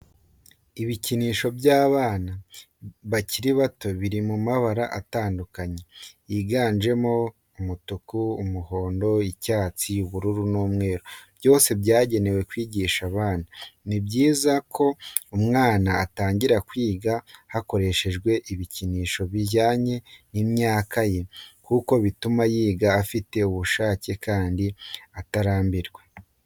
Ibikinisho by'abana bakiri bato biri mu mabara atandukanye yiganjemo umutuku, umuhondo, icyatsi, ubururu n'umweru byose byagenewe kwigisha abana. Ni byiza ko umwana atangira kwiga hakoreshejwe ibikinisho bijyanye n'imyaka ye kuko bituma yiga afite ubushake kandi atarambirwa.